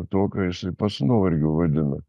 tuo ką jisai pas nuovargiu vadina